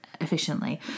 efficiently